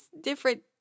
different